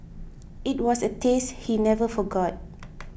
it was a taste he never forgot